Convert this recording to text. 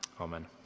Amen